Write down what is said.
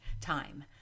time